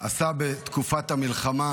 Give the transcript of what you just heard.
עשה בתקופת המלחמה,